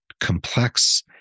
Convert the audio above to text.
complex